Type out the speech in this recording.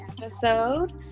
episode